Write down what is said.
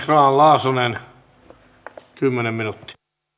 grahn laasonen kymmenen minuuttia